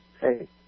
hey